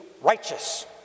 righteous